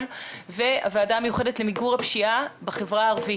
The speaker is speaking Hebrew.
והוועדה המיוחדת למיגור הפשיעה בחברה הערבית.